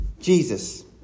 Jesus